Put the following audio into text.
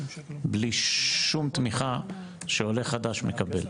בלי שום תמיכה שעולה חדש מקבל.